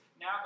now